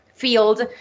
field